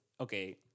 okay